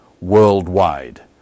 worldwide